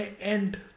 end